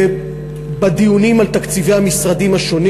ובדיונים על תקציבי המשרדים השונים